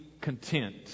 content